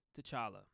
T'Challa